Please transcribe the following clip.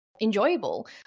enjoyable